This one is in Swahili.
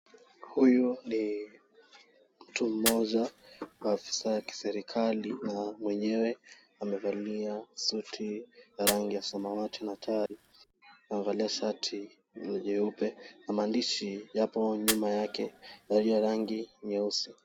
Huyu ni mtu mmoja afisa wa kiserikali na mwenyewe amevalia suti ya rangi ya samawati na tai. Amevalia shati nyeupe. Maandishi yapo nyuma yake yaliyo rangi nyeusi.